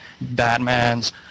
Batman's